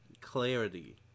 clarity